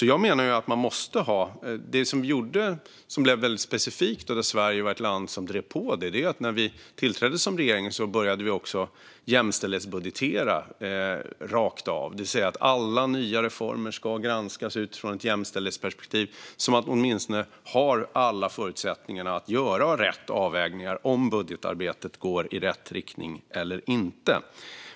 Jag menar att det som blev väldigt specifikt och där Sverige har varit ett pådrivande land är att vi när vi tillträdde som regering började jämställdhetsbudgetera rakt av, det vill säga att alla nya reformer granskas utifrån ett jämställdhetsperspektiv så att man åtminstone har alla förutsättningar att göra rätt avvägningar och se om budgetarbetet går i rätt riktning eller inte.